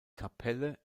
kapelle